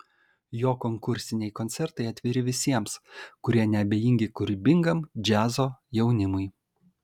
jo konkursiniai koncertai atviri visiems kurie neabejingi kūrybingam džiazo jaunimui